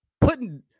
Putting